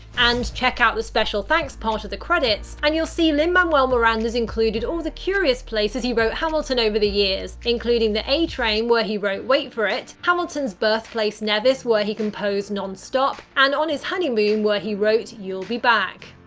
and check out the special thanks part of the credits and you'll see lin-manuel miranda's included all the curious places he wrote hamilton over the years, including the a train where he wrote wait for it, hamilton's birthplace nevis where he composed non-stop, and on his honeymoon where he wrote you'll be back.